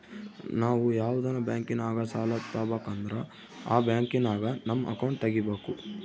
ನಾವು ಯಾವ್ದನ ಬ್ಯಾಂಕಿನಾಗ ಸಾಲ ತಾಬಕಂದ್ರ ಆ ಬ್ಯಾಂಕಿನಾಗ ನಮ್ ಅಕೌಂಟ್ ತಗಿಬಕು